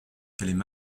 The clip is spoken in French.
qu’elle